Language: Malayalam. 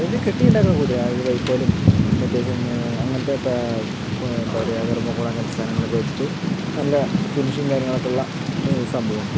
അതിനെ കെട്ടി ഉണ്ടാക്കണ കുതിര ഈ വൈക്കോലും പിന്നെ അത്യാവശ്യം അങ്ങനത്തെ പ്പെ എന്താ പറയുക തെർമ്മോക്കോള് അങ്ങനത്തെ സാധനങ്ങളക്കെ വച്ചിട്ട് നല്ല ഫിനിഷിങ് കാര്യങ്ങളൊക്കെ ഒള്ള സംഭവാണ് അതില്